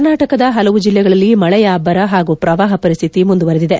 ಕರ್ನಾಟಕದ ಹಲವು ಜಿಲ್ಲೆಗಳಲ್ಲಿ ಮಳೆಯ ಅಬ್ಬರ ಹಾಗೂ ಪ್ರವಾಹ ಪರಿಸ್ಡಿತಿ ಮುಂದುವರೆದಿದೆ